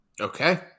Okay